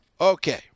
Okay